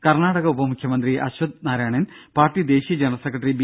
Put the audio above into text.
കർണാടക ഉപമുഖ്യമന്ത്രി അശ്വത്ഥ് നാരായണൻ പാർട്ടി ദേശീയ general secretary B